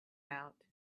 out